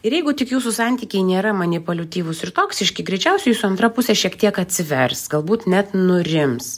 ir jeigu tik jūsų santykiai nėra manipoliutyvūs ir toksiški greičiausiai jūsų antra pusė šiek tiek atsivers galbūt net nurims